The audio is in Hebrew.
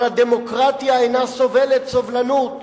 אבל הדמוקרטיה אינה סובלת סובלנות,